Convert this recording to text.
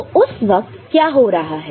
तो उस वक्त क्या हो रहा है